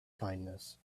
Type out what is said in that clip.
kindness